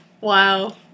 Wow